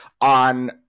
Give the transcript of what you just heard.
on